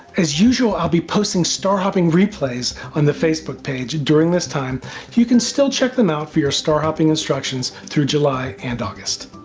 as usual i will be posting star hopping replays on the facebook page during this time, so you can still check them out for your star hopping instructions through july and august.